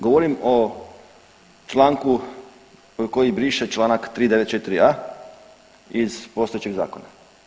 Govorim o članku koji briše Članak 394a. iz postojećeg zakona.